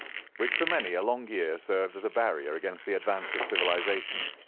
which for many a long year served as a barrier against the advance of civilisation.